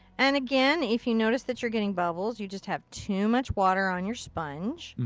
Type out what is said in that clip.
and again, if you notice that you're getting bubbles, you just have too much water on your sponge.